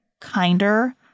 kinder